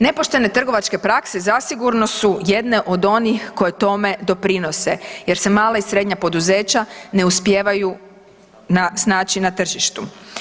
Nepoštene trgovačke prakse zasigurno su jedne od onih koje tome doprinose jer se mala i srednja poduzeća ne uspijevaju snaći na tržištu.